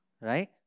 Right